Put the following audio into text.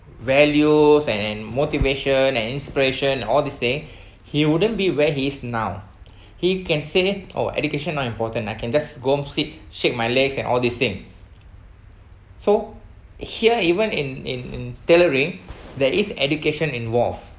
values and and motivation and inspiration and all these thing he wouldn't be where he is now he can say oh education are important I can just go sit shake my legs and all this thing so here even in in in tailoring there is education involved